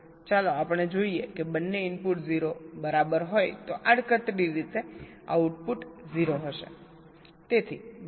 ચાલો આપણે જોઈએ કે બંને ઇનપુટ 0 બરાબર હોય તો આડકતરી રીતે આઉટપુટ 0 હશે